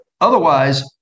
otherwise